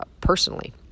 personally